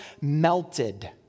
melted